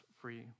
free